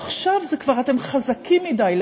עכשיו כבר אתם חזקים מדי,